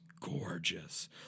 gorgeous